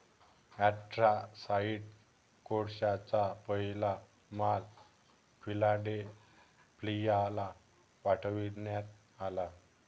anthracite कोळशाचा पहिला माल फिलाडेल्फियाला पाठविण्यात आला